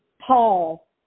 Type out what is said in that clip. Paul